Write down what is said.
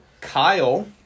Kyle